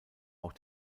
auch